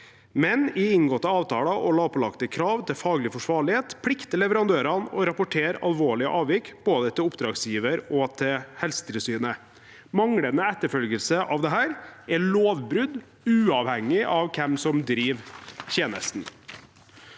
men i inngåtte avtaler og lovpålagte krav til faglig forsvarlighet plikter leverandørene å rapportere alvorlige avvik, både til oppdragsgiver og til Helsetilsynet. Manglende etterfølgelse av dette er lovbrudd, uavhengig av hvem som driver tjenesten.